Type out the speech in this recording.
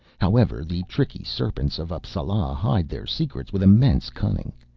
however the tricky serpents of appsala hide their secrets with immense cunning.